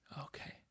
Okay